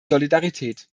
solidarität